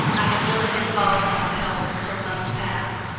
i had really been falling out of health for months past,